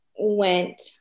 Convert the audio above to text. went